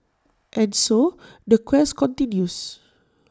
and so the quest continues